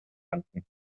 rannten